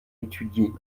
étudier